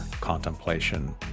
Contemplation